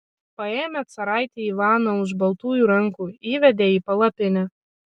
paėmė caraitį ivaną už baltųjų rankų įvedė į palapinę